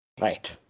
Right